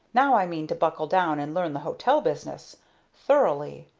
now i mean to buckle down and learn the hotel business thoroughly,